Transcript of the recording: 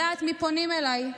יודעת מי פונים אליי.